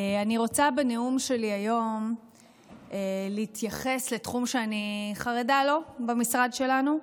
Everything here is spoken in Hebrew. אני רוצה בנאום שלי היום להתייחס לתחום שאני חרדה לו במשרד שלנו,